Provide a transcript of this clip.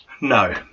No